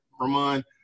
Ramon